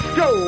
go